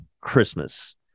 Christmas